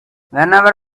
whenever